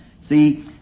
See